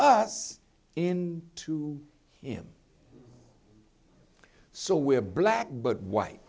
us in to him so we are black but wh